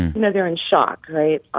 know, they're in shock, right?